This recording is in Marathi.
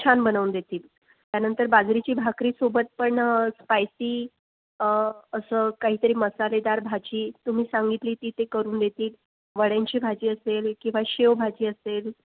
छान बनवून देतील त्यानंतर बाजरीची भाकर सोबत पण स्पायसी असं काहीतरी मसालेदार भाजी तुम्ही सांगितली ती ते करून देतील वड्यांची भाजी असेल किवा शेवभाजी असेल